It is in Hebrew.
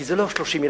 כי זה לא 30 ילדים,